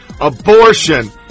abortion